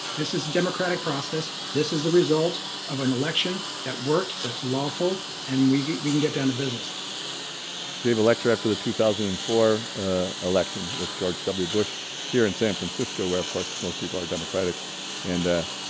this is democratic process. this is the result of an election that worked that's lawful and we can get down to business gave a lecture after the two thousand and four ah election with george w bush here in san francisco where of course most people are democratic and ah,